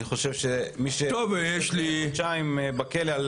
אני חושב שמי שיושב חודשיים בכלא על